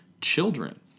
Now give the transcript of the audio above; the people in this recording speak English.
children